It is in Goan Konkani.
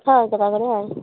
हय घरा कडेन हय